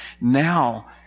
now